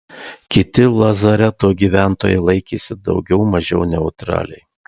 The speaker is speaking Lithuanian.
kiti lazareto gyventojai laikėsi daugiau mažiau neutraliai